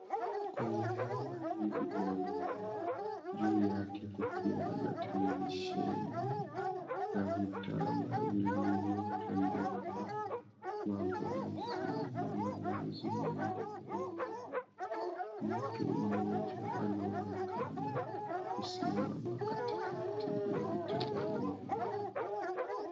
Kwenye hema hili leupe juu yake kukiwa na televisheni na vitanda vilivyotandikwa, mavazi na malazi meupe. Mtu mmoja anaonekana kusimama katikati ya vitanda hivi.